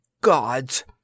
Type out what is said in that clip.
gods